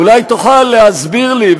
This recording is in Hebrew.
אולי תוכל להסביר לי,